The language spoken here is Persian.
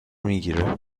میگیره